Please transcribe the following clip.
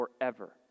forever